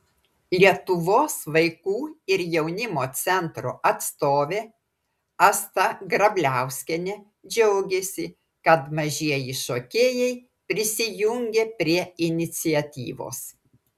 lietuvos vaikų ir jaunimo centro atstovė asta grabliauskienė džiaugėsi kad mažieji šokėjai prisijungė prie iniciatyvos